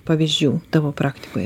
pavyzdžių tavo praktikoje